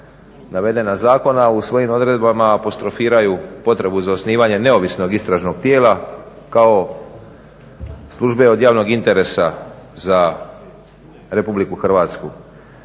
navedena zakona u svojim odredbama apostrofiraju potrebu za osnivanje neovisnog istražnog tijela kao službe od javnog interesa za RH. Pravna